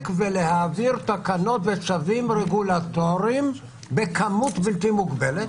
ולהעביר תקנות וצווים רגולטוריים בכמות בלתי מוגבלת,